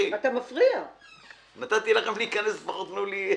ולאפשר לנו לבחון את זה מחדש.